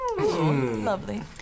Lovely